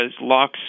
locks